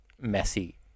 messy